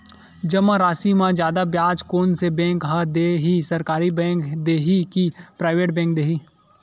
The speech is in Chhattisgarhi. जमा राशि म जादा ब्याज कोन से बैंक ह दे ही, सरकारी बैंक दे हि कि प्राइवेट बैंक देहि?